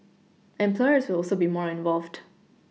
employers will also be more involved